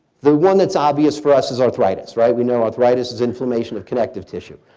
the one that's obvious for us is arthritis. right. we know arthritis is inflammation of connective tissue.